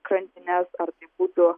krantines ar tai būtų